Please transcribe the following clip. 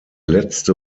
letzte